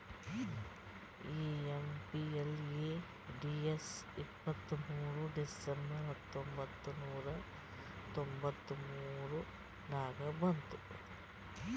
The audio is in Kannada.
ಎಮ್.ಪಿ.ಎಲ್.ಎ.ಡಿ.ಎಸ್ ಇಪ್ಪತ್ತ್ಮೂರ್ ಡಿಸೆಂಬರ್ ಹತ್ತೊಂಬತ್ ನೂರಾ ತೊಂಬತ್ತ ಮೂರ ನಾಗ ಬಂತು